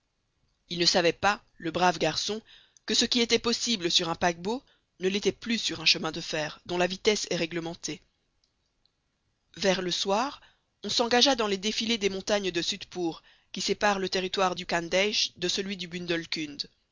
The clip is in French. il ne savait pas le brave garçon que ce qui était possible sur un paquebot ne l'était plus sur un chemin de fer dont la vitesse est réglementée vers le soir on s'engagea dans les défilés des montagnes de sutpour qui séparent le territoire du khandeish de celui du